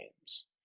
Games